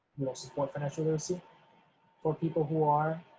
support financial literacy from people who are